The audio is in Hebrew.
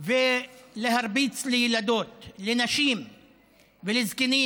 ולהרביץ לילדות, לנשים ולזקנים